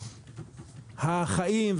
החיים,